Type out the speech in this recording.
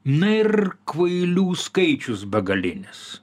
na ir kvailių skaičius begalinis